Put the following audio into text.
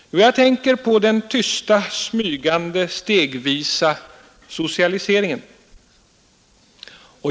Jag tänker på den tysta, smygande, stegvisa socialiseringen.